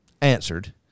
answered